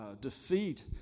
defeat